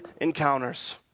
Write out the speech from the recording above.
encounters